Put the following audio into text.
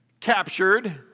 captured